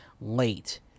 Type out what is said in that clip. late